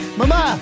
mama